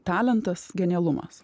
talentas genialumas